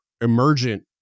emergent